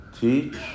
teach